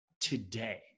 today